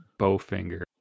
Bowfinger